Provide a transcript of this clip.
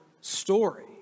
story